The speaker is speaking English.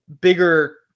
bigger